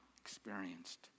experienced